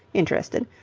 interested,